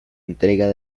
entrega